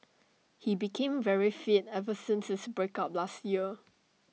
he became very fit ever since his break up last year